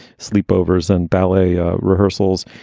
sleepovers and ballet ah rehearsals.